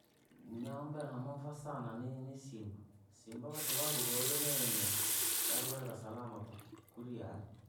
Mnyama mwanamofaa sana ni ni simba, simba kwasababu koowalumine nae siare kurekaa salama tukuu, kuria aree.